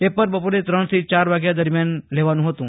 paper બપોરે ત્રણથી ચાર વાગ્યા દરમિયાન લેવાનું હતું